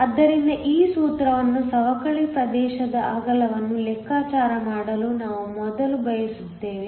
ಆದ್ದರಿಂದ ಈ ಸೂತ್ರವನ್ನು ಸವಕಳಿ ಪ್ರದೇಶದ ಅಗಲವನ್ನು ಲೆಕ್ಕಾಚಾರ ಮಾಡಲು ನಾವು ಮೊದಲು ಬಳಸಿದ್ದೇವೆ